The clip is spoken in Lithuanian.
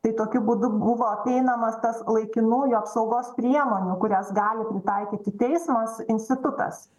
tai tokiu būdu buvo apeinamas tas laikinųjų apsaugos priemonių kurias gali pritaikyti teismas institutas